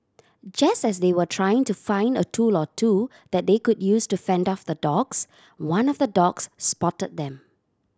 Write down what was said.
just as they were trying to find a tool or two that they could use to fend off the dogs one of the dogs spotted them